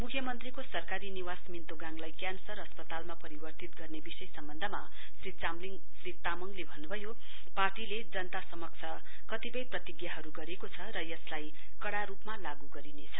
मुख्यमन्त्रीको सरकारी निवास मिन्तोगाङलाई क्यान्सर अस्पतालमा परिवर्तित गर्ने विषय सम्वन्धमा श्री तामङले भन्नुभयो पार्टीले जनता समक्ष कतिपय प्रतित्राहरु गरेको छ र यसलाई कड़ा रुपमा लागू गरिनेछ